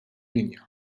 linja